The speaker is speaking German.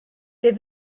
der